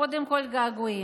קודם כול געגועים,